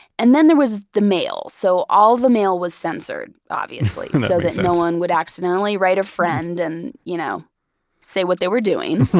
and then there was the mail. so all the mail was censored obviously so that no one would accidentally write a friend and you know say what they were doing